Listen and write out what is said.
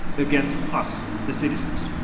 against us, the citizens.